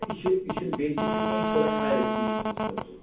یہِ چھِ یہِ چھُنہٕ بیسِک تہِ کیٚنہہ یہِ چھِ تھوڑا ہایِر اٮ۪جُکیشنَس خٲطرٕ